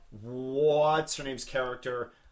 what's-her-name's-character